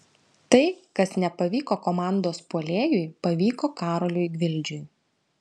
tai kas nepavyko komandos puolėjui pavyko karoliui gvildžiui